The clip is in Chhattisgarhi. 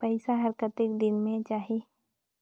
पइसा हर कतेक दिन मे जाही?